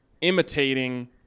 imitating